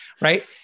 Right